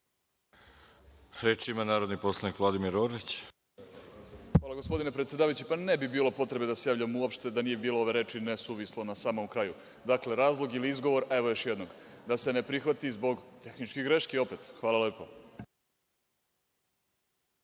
Reč ima narodni poslanik Vladimir Orlić. **Vladimir Orlić** Hvala, gospodine predsedavajući. Ne bi bilo potrebe da se javljam uopšte, da nije bilo ove reči „nesuvislo“ na samom kraju. Dakle, razlog ili izgovor, evo još jednom, da se ne prihvati je zbog tehničkih greški opet. Hvala lepo.